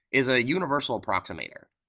is a universal approximator.